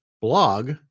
blog